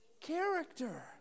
character